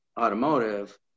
automotive